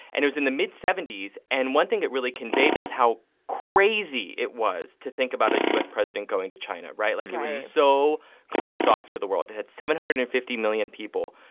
and it was in the mid seventy s. and one thing that really conveyed was how crazy it was to think about a u s. president going to china, right? right like, it was so closed off to the world. it had seven hundred and fifty million people,